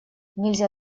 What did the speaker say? нельзя